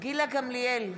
גילה גמליאל,